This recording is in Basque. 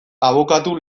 abokatu